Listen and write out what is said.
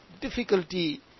difficulty